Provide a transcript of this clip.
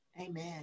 Amen